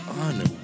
honor